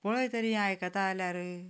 पळय तरी आयकता जाल्यार